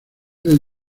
del